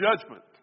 judgment